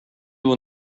will